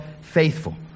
faithful